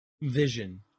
vision